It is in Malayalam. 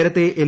നേരത്തെ എൽ